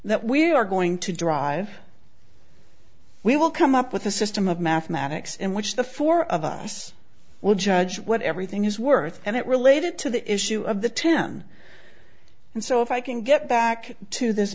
that we are going to drive we will come up with a system of mathematics in which the four of us will judge what everything is worth and it related to the issue of the ten and so if i can get back to this